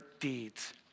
deeds